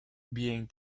being